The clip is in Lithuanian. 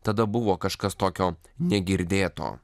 tada buvo kažkas tokio negirdėto